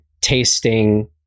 tasting